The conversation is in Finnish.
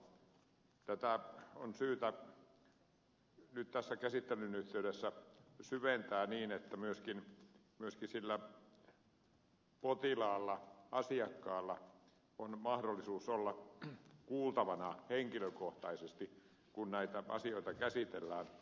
tätä on syytä nyt tässä käsittelyn yhteydessä syventää niin että myöskin sillä potilaalla asiakkaalla on mahdollisuus olla kuultavana henkilökohtaisesti kun näitä asioita käsitellään